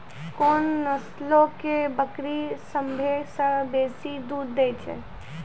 कोन नस्लो के बकरी सभ्भे से बेसी दूध दै छै?